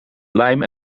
lijm